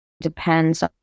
depends